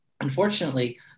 unfortunately